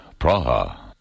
Praha